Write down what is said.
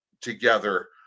together